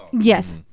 Yes